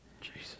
Jesus